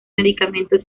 medicamentos